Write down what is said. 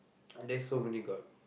there's so many god